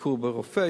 "ביקור רופא",